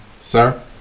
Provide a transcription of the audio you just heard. sir